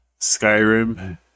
Skyrim